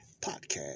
podcast